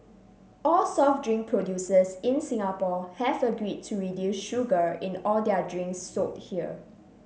all soft drink producers in Singapore have agreed to reduce sugar in all their drinks sold here